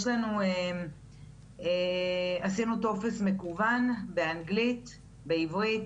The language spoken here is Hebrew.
יש לנו טופס מקוון, באנגלית, בעברית,